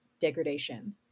degradation